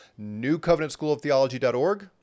newcovenantschooloftheology.org